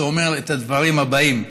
שאומר את הדברים הבאים: